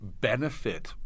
benefit